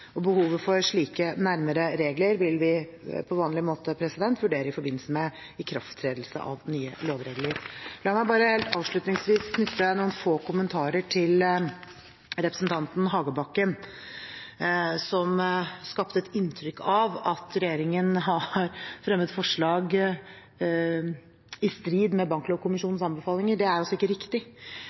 og behovet for slike nærmere regler vil vi på vanlig måte vurdere i forbindelse med ikrafttredelse av nye lovregler. La meg bare helt avslutningsvis knytte noen få kommentarer til representanten Hagebakken, som skapte et inntrykk av at regjeringen har fremmet forslag i strid med Banklovkommisjonens anbefalinger. Det er altså ikke riktig.